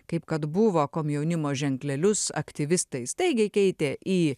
kaip kad buvo komjaunimo ženklelius aktyvistai staigiai keitė į